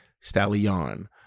Stallion